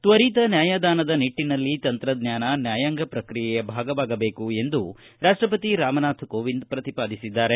ತ್ವರಿತ ನ್ಯಾಯದಾನದ ನಿಟ್ಟನಲ್ಲಿ ತಂತ್ರಜ್ಞಾನ ನ್ಯಾಯಾಂಗ ಪ್ರಕ್ರಿಯೆಯ ಭಾಗವಾಗಬೇಕು ಎಂದು ರಾಷ್ಷಪತಿ ರಾಮನಾಥ್ ಕೋವಿಂದ್ ಪ್ರತಿಪಾದಿಸಿದ್ದಾರೆ